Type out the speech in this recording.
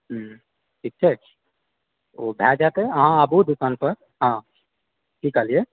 हूँ ठीक छै ओ भए जाएत अहाँ आबु दुकान पर हँ की कहलियै